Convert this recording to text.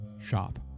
shop